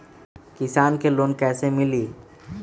किसान के लोन कैसे मिली?